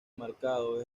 marcado